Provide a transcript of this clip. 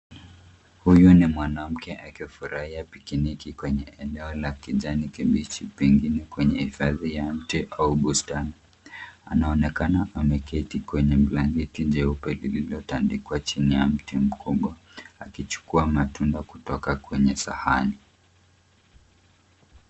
Huyu ni mwanamke akifurahia pikiniki kwenye eneo la kijani kibichi pengine kwenye hifadhi ya mti au bustani. Anaonekana ameketi kwenye blanketi jeupe lililotandikwa chini ya mti mkubwa akichukua matunda kutoka kwenye sahani.